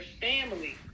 family